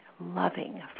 loving